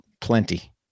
Plenty